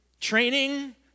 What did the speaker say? training